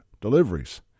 Deliveries